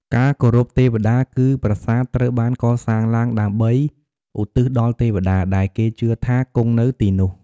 ការគោរពទេវតា គឺ ប្រាសាទ ត្រូវបានកសាងឡើងដើម្បីឧទ្ទិសដល់ទេវតា ដែលគេជឿថាគង់នៅទីនោះ។